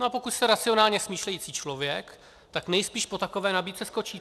No a pokud jste racionálně smýšlející člověk, tak nejspíš po takové nabídce skočíte.